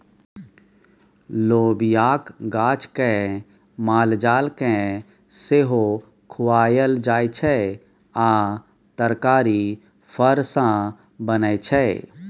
लोबियाक गाछ केँ मालजाल केँ सेहो खुआएल जाइ छै आ तरकारी फर सँ बनै छै